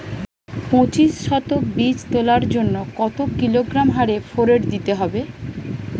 পঁচিশ শতক বীজ তলার জন্য কত কিলোগ্রাম হারে ফোরেট দিতে হবে?